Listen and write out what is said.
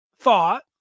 thought